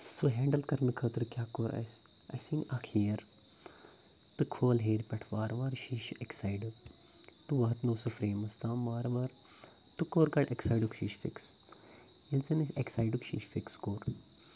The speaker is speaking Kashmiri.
سُہ ہٮ۪نٛڈٕل کَرنہٕ خٲطرٕ کیٛاہ کوٚر اَسہِ اَسہِ أنۍ اَکھ ہیر تہٕ کھول ہیرِ پٮ۪ٹھ وارٕ وارٕ شیٖشہٕ اَکہِ سایڈٕ تہٕ واتنو سُہ فرٛیمَس تام وارٕ وارٕ تہٕ کوٚر گۄڈٕ اَکہِ سایڈُک شیٖشہِ فِکٕس ییٚلہِ زَن اَسہِ اَکہِ سایڈُک شیٖشہِ فِکٕس کوٚر